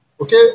Okay